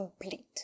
complete